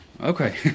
Okay